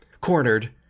Cornered